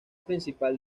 principal